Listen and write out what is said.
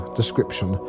description